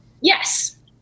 Yes